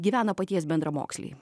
gyvena paties bendramoksliai